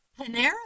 Panera